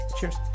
cheers